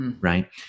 right